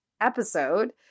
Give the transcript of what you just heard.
episode